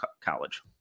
college